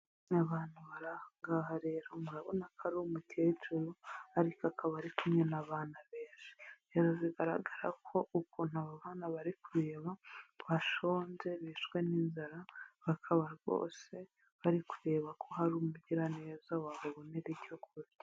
Abantuha rero murabona ko ari umukecuru ariko akaba ari kumwe naabantu benshi bigaragara ko ukuntu abo bana bari kureba bashonje bishcwe n'inzara bakaba rwose bari kureba ko hari umugiraneza wahabonera icyo kurya.